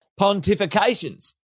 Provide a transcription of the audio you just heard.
pontifications